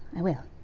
i will.